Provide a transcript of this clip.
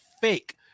fake